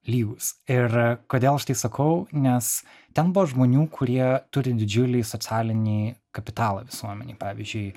lygūs ir kodėl aš tai sakau nes ten buvo žmonių kurie turi didžiulį socialinį kapitalą visuomenėj pavyzdžiui